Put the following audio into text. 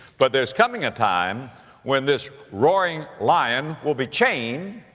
but there's coming a time when this roaring lion will be chained,